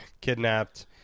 kidnapped